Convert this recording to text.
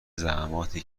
زحمتایی